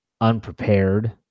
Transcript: unprepared